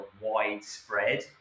widespread